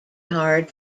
hard